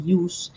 use